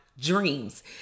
dreams